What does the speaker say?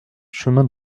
chemin